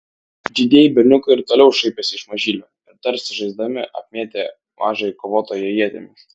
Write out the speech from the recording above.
didieji berniukai ir toliau šaipėsi iš mažylio ir tarsi žaisdami apmėtė mažąjį kovotoją ietimis